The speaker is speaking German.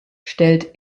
stellt